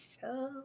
show